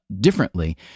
differently